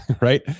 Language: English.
right